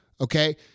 Okay